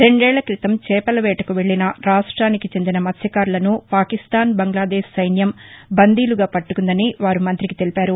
రెండేళ్ల క్రితం చేపల వేటకు వెళ్లిన రాష్టానికి చెందిన మత్స్యకారులను పాక్ బంగ్లాదేశ్ సైన్యం బందీలుగా పట్టకుందని వారు మంత్రికి తెలిపారు